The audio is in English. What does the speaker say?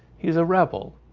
he's a rebel